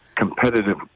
competitive